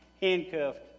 handcuffed